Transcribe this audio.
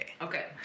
Okay